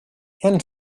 and